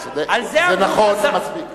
זה נכון, מספיק.